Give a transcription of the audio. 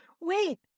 wait